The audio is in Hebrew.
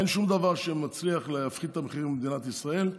אין שום דבר שמצליח להפחית את המחירים במדינת ישראל.